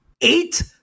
eight